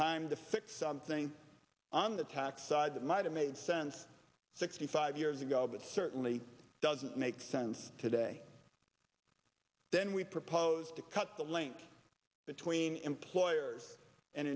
time to fix something on the tax side that might have made sense sixty five years ago but certainly doesn't make sense today then we propose to cut the link between employers and